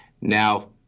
Now